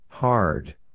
Hard